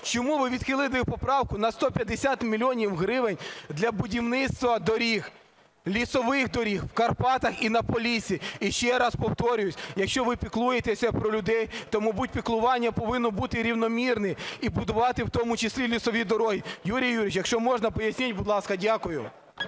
чому ви відхилили поправку на 150 мільйонів гривень для будівництва доріг, лісових доріг в Карпатах і на Полісся? Ще раз повторюю, якщо ви піклуєтеся про людей, то, мабуть, піклування повинно бути рівномірним, і будувати у тому числі лісові дороги. Юрій Юрійович, якщо можна, поясніть, будь ласка. Дякую.